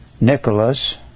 nicholas